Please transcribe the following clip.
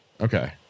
Okay